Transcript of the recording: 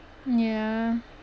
ya